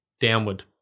downward